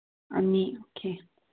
ꯑꯅꯤ ꯑꯣꯀꯦ